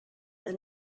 the